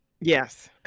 Yes